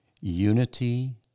Unity